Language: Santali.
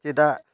ᱪᱮᱫᱟᱜ